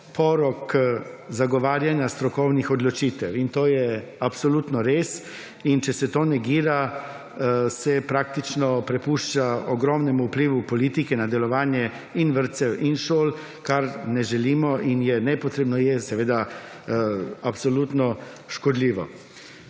porok zagovarjanja strokovnih odločitev in to je absolutno res in če se to negira se praktično prepušča ogromnemu vplivu politike na delovanje in vrtcev in šol in je nepotrebno, seveda absolutno škodljivo.